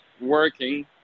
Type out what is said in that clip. working